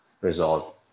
result